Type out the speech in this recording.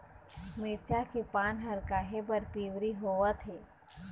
मिरचा के पान हर काहे बर पिवरी होवथे?